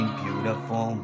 beautiful